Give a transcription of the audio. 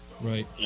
Right